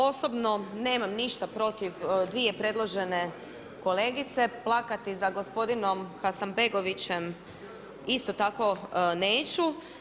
Osobno nemam ništa protiv dvije predložene kolegice, plakati za gospodinom Hasanbegovićem isto tako neću.